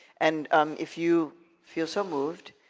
and if you feel so moved,